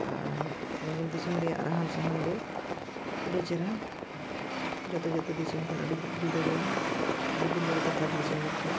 ᱟᱨ ᱵᱮᱝᱜᱚᱞ ᱫᱤᱥᱚᱢ ᱨᱮᱭᱟᱜ ᱨᱟᱦᱟᱱ ᱥᱟᱦᱟᱱ ᱜᱮ ᱟᱹᱰᱤ ᱪᱮᱨᱦᱟ ᱡᱚᱛᱚ ᱡᱚᱛᱚ ᱫᱤᱥᱚᱢ ᱠᱷᱚᱱ ᱟᱹᱰᱤ ᱡᱩᱫᱟᱹ ᱜᱮᱭᱟ ᱟᱹᱰᱤ ᱫᱩᱞᱟᱹᱲ ᱠᱟᱛᱷᱟ ᱫᱤᱥᱚᱢ ᱫᱚ ᱠᱷᱚᱱᱟᱜ